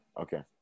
Okay